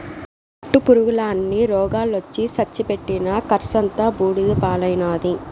పట్టుపురుగుల అన్ని రోగాలొచ్చి సచ్చి పెట్టిన కర్సంతా బూడిద పాలైనాది